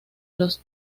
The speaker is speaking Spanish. los